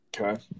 Okay